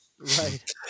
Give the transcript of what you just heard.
right